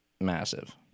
massive